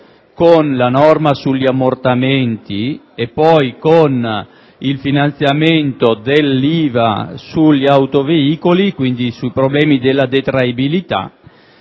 con la norma sugli ammortamenti e poi con il finanziamento dell'IVA sugli autoveicoli, quindi dei problemi della detraibilità.